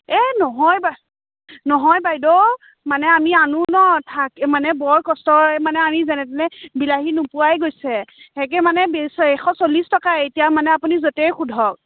এই নহয় নহয় বাইদেউ মানে আমি আনো ন' মানে বৰ কষ্টৰে মানে আমি যেনে তেনে বিলাহী নোপোৱাই গৈছে একেই মানে এশ চল্লিছ টকাই এতিয়া মানে আপুনি য'তেই সোধক